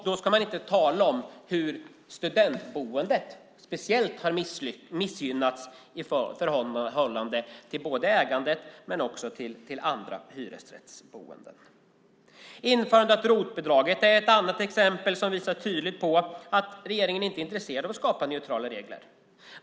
Då ska man inte tala om hur studentboendet speciellt har missgynnats i förhållande till både ägandet och andra hyresrättsboenden. Införandet av ROT-bidraget är ett annat exempel som tydligt visar att regeringen inte är intresserad av att skapa neutrala regler.